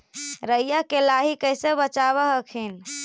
राईया के लाहि कैसे बचाब हखिन?